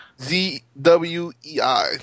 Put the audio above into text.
Z-W-E-I